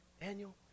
Daniel